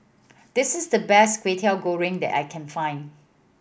this is the best Kwetiau Goreng that I can find